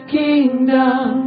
kingdom